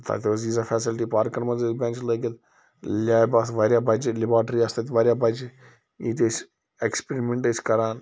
تَتہِ ٲس ییٖژاہ فیسَلٹی پارکَن منٛز ٲسۍ بیٚنٛچ لٲگِتھ لیبہٕ آسہٕ واریاہ بَجہِ لیٚباٹرٛی آسہٕ تَتہِ واریاہ بَجہِ ییٚتہِ أسۍ ایٚکٕسپیٚرِمیٚنٛٹ ٲسۍ کَران